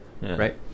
right